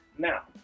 Now